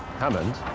hammond.